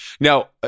Now